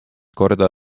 korda